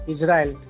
Israel